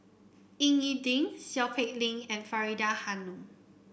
Ying E Ding Seow Peck Leng and Faridah Hanum